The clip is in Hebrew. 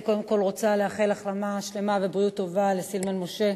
אני קודם כול רוצה לאחל החלמה שלמה ובריאות טובה לסילמן משה,